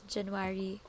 January